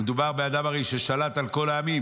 מדובר הרי באדם ששלט על כל העמים